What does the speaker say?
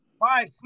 bye